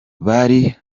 bari